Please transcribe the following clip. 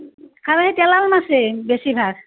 তেলাল মাছেই বেছিভাগ